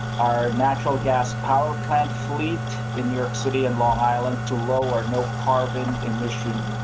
our natural gas power plant fleet in new york city, and long island too low or no carbon emission.